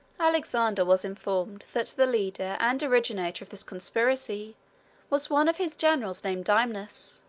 alexander was informed that the leader and originator of this conspiracy was one of his generals named dymnus.